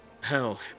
Hell